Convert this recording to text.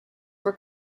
were